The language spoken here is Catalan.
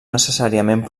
necessàriament